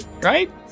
right